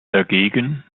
dagegen